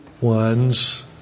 ones